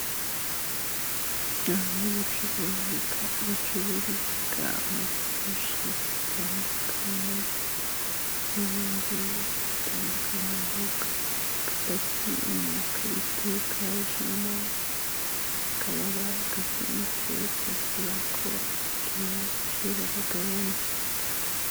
Ahantu bacuruziga bacururiza amatoroshi atandukanye n'ibindi bintu bitandukanye, aho aba apagiye mu ikarito yajemo, bakaba barayafunguye, kugira ngo abakiriya baje bayabana